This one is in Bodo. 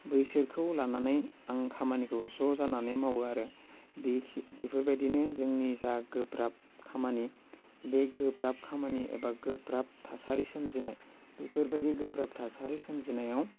बैसोरखौ लानानै आं खामानिखौ ज' जानानै मावो आरो बेफोरबादिनो जोंनि जा गोब्राब खामानि बे गोब्राब खामानि एबा गोब्राब थासारि सोमजिनाय बेफोरबादि गोब्राब थासारि सोमजिनायाव